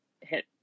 hit